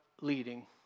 leading